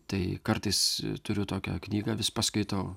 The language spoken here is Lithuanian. tai kartais turiu tokią knygą vis paskaitau